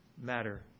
matter